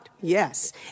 Yes